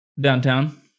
Downtown